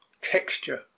texture